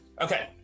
Okay